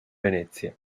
venezia